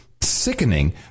sickening